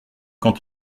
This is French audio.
quand